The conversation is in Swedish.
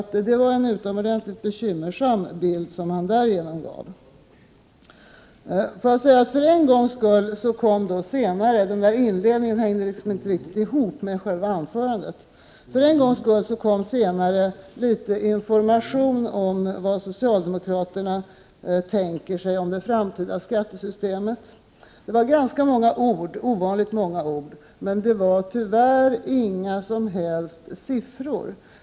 Det var en utomordentligt bekymmersam beskrivning som finansministern därigenom gav. Inledningen hängde inte riktigt ihop med själva anförandet. För en gångs skull kom senare litet information om vad socialdemokraterna tänker sig när det gäller det framtida skattesystemet. Det var ovanligt många ord men tyvärr inga som helst siffror.